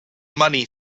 money